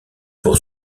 pour